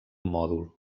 mòdul